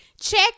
check